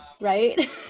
right